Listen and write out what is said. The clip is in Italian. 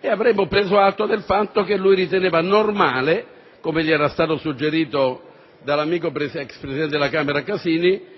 e avremmo preso atto del fatto che riteneva normale, come gli era stato suggerito dall'amico, ex presidente della Camera, Casini,